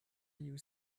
you